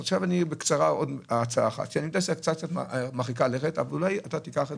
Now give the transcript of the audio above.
עוד הצעה אחת שאני יודע שהיא מרחיקת לכת אבל אתה אולי תיקח אותה.